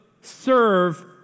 serve